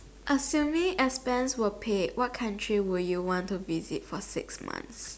assuming expense were paid what country would you want to visit for six months